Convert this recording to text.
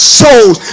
souls